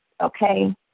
okay